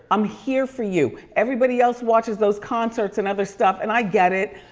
i'm here for you. everybody else watches those concerts and other stuff and i get it.